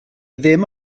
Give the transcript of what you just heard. ddim